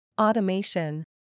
Automation